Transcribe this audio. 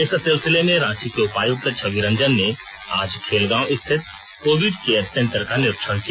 इस सिलसिले में रांची के उपायुक्त छवि रंजन ने आज खेलगांव स्थित कोविड केअर सेन्टर का निरीक्षण किया